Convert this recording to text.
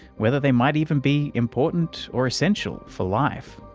whether they might even be important or essential for life.